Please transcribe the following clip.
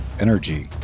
energy